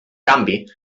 canvi